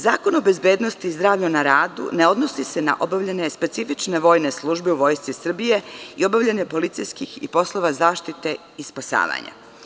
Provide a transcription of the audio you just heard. Zakon o bezbednosti zdravlja na radu ne odnosi se na obavljanje specifične vojne službe u Vojsci Srbiji i obavljanje policijskih i poslova zaštite i spasavanja.